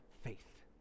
faith